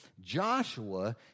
Joshua